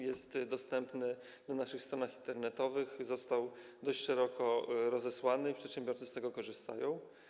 Jest on dostępny na naszych stronach internetowych, został dość szeroko rozesłany i przedsiębiorcy z tego korzystają.